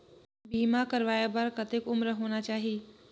बीमा करवाय बार कतेक उम्र होना चाही?